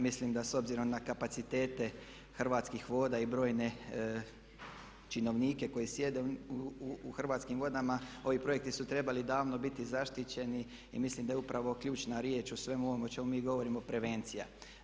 Mislim da s obzirom na kapacitete Hrvatskih voda i brojne činovnike koji sjede u Hrvatskim vodama ovi projekti su trebali davno biti zaštićeni i mislim da je upravo ključna riječ u svemu ovome o čemu mi govorimo prevencija.